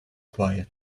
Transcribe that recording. quiet